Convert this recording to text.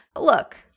look